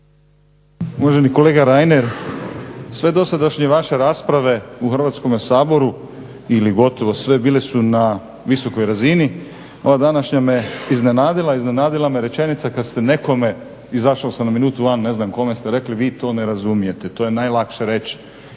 Uvaženi kolega Reiner sve dosadašnje vaše rasprave u Hrvatskome saboru ili gotovo sve bile su na visokoj razini, ova današnja me iznenadila. Iznenadila me rečenica kada ste nekome izašao sam na minutu van, ne znam kome ste rekli, vi to ne razumijete, to je najlakše reći